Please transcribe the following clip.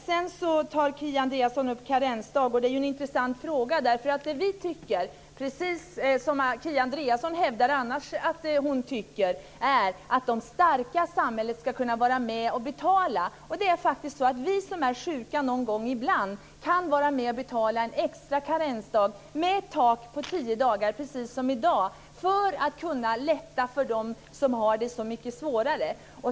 Kia Andreasson tog upp detta med karensdag, och det är ju en intressant fråga. Vi tycker precis som Kia Andreasson annars brukar hävda, att de starka i samhället ska vara med och betala. Vi som är sjuka någon gång ibland kan vara med och betala en extra karensdag med ett tak på tio dagar - precis som i dag - för att göra det lättare för dem som har det så mycket svårare.